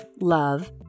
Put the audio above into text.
love